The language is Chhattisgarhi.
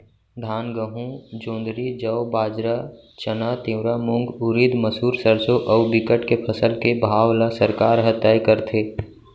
धान, गहूँ, जोंधरी, जौ, बाजरा, चना, तिंवरा, मूंग, उरिद, मसूर, सरसो अउ बिकट के फसल के भाव ल सरकार ह तय करथे